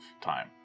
time